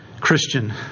Christian